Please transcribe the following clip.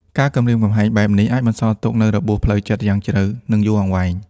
ការគំរាមកំហែងបែបនេះអាចបន្សល់ទុកនូវរបួសផ្លូវចិត្តយ៉ាងជ្រៅ និងយូរអង្វែង។